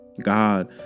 God